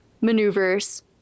maneuvers